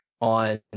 on